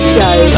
Show